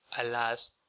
alas